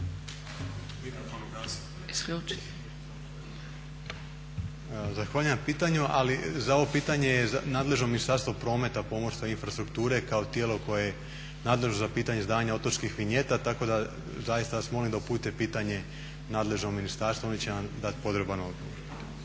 Zahvaljujem na pitanju ali za ovo pitanje je nadležno Ministarstvo prometa, pomorstva i infrastrukture kao tijelo koje je nadležno za pitanje izdavanja otočkih vinjeta tako da zaista vas molim da uputite pitanje nadležnom ministarstvo. Oni će vam dati potreban odgovor.